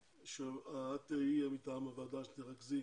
את תהיי מטעם הוועדה שתרכזי,